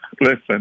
listen